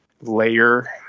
layer